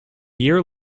year